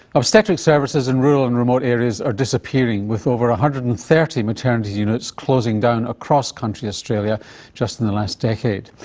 obstetric services in rural and remote areas are disappearing, with over one hundred and thirty maternity units closing down across country australia just in the last decade.